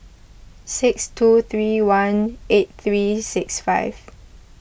six two three one eight three six five